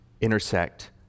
intersect